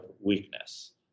weakness